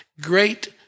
great